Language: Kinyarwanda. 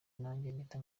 mpita